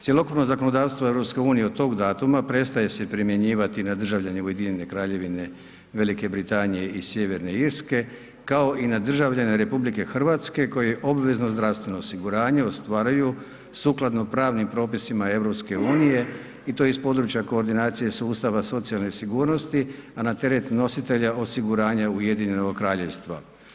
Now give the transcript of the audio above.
Cjelokupno zakonodavstvo EU, od tog datuma prestaje se primjenjivati na državljane Ujedinjene Kraljevine, Velike Britanije i Sjeverne Irske kao i na državljane RH, kojem obvezno zdravstveno osiguranje ostvaruju sukladno pravnim propisivanje EU i to iz područje koordinacije sustava socijalne sigurnosti, a na teret nositelja osiguranja Ujedinjenog Kraljevstva.